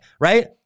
Right